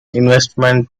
investment